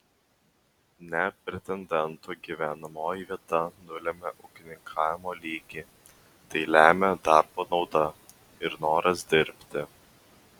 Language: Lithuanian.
ne pretendento gyvenamoji vieta nulemia ūkininkavimo lygį tai lemia darbo nauda ir noras dirbti